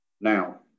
Now